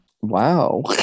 Wow